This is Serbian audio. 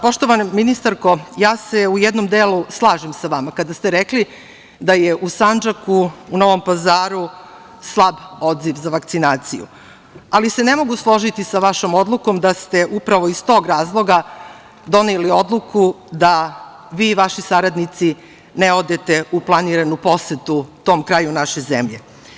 Poštovana ministarko, ja se u jednom delu slažem sa vama kada ste rekli da je u Sandžaku, u Novom Pazaru slab odziv za vakcinaciju, ali se ne mogu složiti sa vašom odlukom da ste upravo iz tog razloga doneli odluku da vi i vaši saradnici ne odete u planiranu posetu tom kraju naše zemlje.